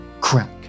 crack